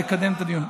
לקדם את הדיון.